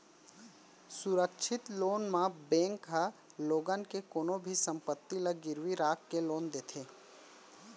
सुरक्छित लोन म बेंक ह लोगन के कोनो भी संपत्ति ल गिरवी राख के लोन देथे